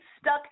stuck